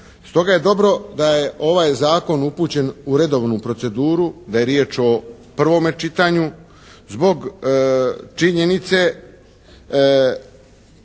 Stoga je dobro da je ovaj zakon upućen u redovnu proceduru, da je riječ o prvome čitanju zbog činjenice